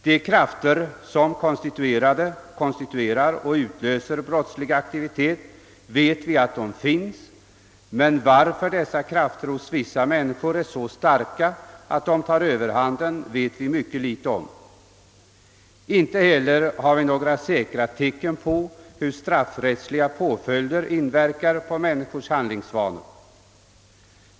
De krafter som konstituerar och utlöser brottslig aktivitet vet vi finns, men varför dessa krafter hos vissa människor är så starka att de tar överhanden vet vi mycket litet om. Inte heller har vi några säkra tecken på hur straffrättsliga påföljder inverkar på människors handlingsvanor.